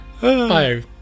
Bye